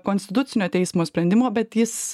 konstitucinio teismo sprendimų bet jis